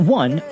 one